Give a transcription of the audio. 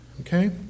okay